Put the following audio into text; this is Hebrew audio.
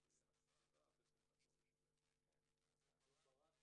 שלום רב, היום ראש חודש